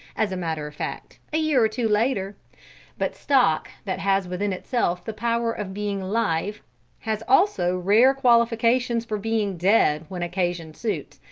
as a matter of fact, a year or two later but stock that has within itself the power of being live has also rare qualifications for being dead when occasion suits,